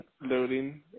loading